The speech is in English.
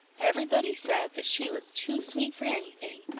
everybody said that she was too sweet for anything,